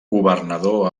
governador